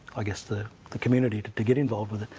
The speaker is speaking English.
i guess, the the community to to get involved with it.